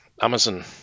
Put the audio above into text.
Amazon